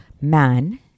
man